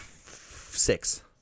six